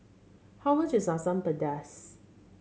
how much is Asam Pedas